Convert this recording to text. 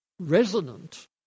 resonant